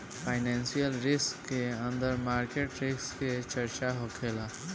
financial risk के अंदर market risk के चर्चा होखेला